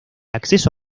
acceso